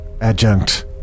adjunct